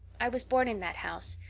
i was born in that house.